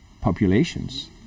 populations